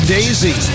Daisy